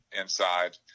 inside